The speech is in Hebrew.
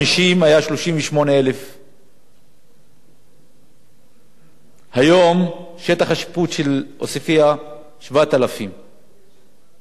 38,000. היום שטח השיפוט של עוספיא הוא 7,000. תראו איזה הבדל.